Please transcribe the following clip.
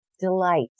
delight